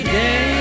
day